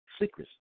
Secrets